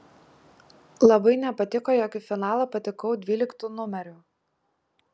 labai nepatiko jog į finalą patekau dvyliktu numeriu